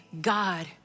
God